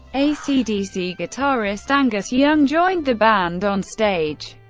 ac dc guitarist angus young joined the band on stage.